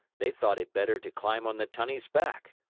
they thought it better to climb on the tunny's back.